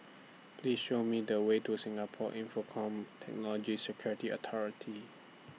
Please Show Me The Way to Singapore Infocomm Technology Security Authority